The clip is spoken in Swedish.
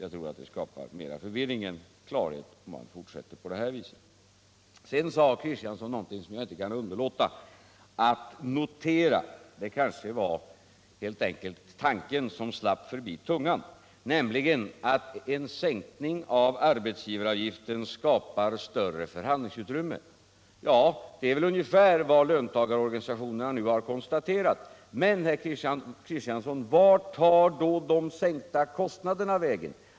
Jag tror att det skapar mera förvirring än klarhet om man fortsätter på det här viset. Sedan sade Axel Kristiansson någonting som jag inte kan underlåta att notera — det kanske helt enkelt var tanken som slapp förbi tungan — nämligen att en sänkning av arbetsgivaravgiften skapar större förhandlingsutrymme. Det är väl ungefär vad löntagarorganisationerna nu har konstaterat — men, Axel Kristiansson, vart tar då de sänkta kostnaderna vägen?